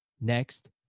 Next